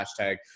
hashtag